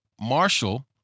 Marshall